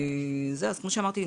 אז כמו שאמרתי,